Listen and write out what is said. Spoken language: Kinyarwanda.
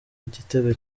igitego